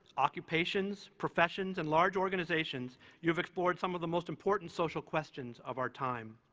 occupations, professions, and large organizations you have explored some of the most important social questions of our time.